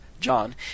John